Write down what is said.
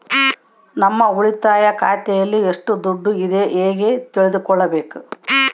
ನಮ್ಮ ಉಳಿತಾಯ ಖಾತೆಯಲ್ಲಿ ಎಷ್ಟು ದುಡ್ಡು ಇದೆ ಹೇಗೆ ತಿಳಿದುಕೊಳ್ಳಬೇಕು?